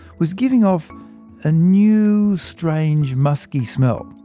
was giving off a new strange musky smell.